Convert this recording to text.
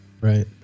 Right